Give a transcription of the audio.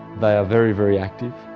they are very very active,